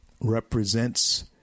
represents